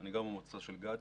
אני גר במועצה של גדי,